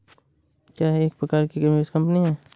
क्या यह एक प्रकार की निवेश कंपनी है?